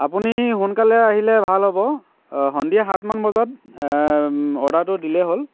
আপুনি সোনকালে আহিলে ভাল হ'ব সন্ধিয়া সাতমান বজাত অৰ্ডাৰটো দিলেই হ'ল